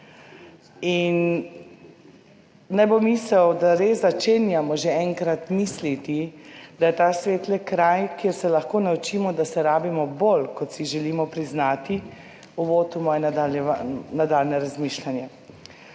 in naj bo misel, da res začenjamo že enkrat misliti, da je ta svet le kraj, kjer se lahko naučimo, da se rabimo bolj, kot si želimo priznati, uvod v moja nadaljnja razmišljanja.